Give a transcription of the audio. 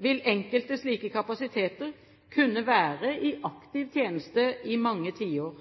vil enkelte slike kapasiteter kunne være i aktiv tjeneste i mange tiår.